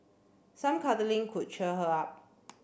some cuddling could cheer her up